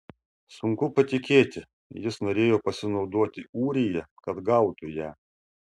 sunku patikėti jis norėjo pasinaudoti ūrija kad gautų ją